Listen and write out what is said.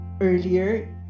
earlier